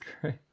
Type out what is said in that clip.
great